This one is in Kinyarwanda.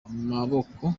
amaboko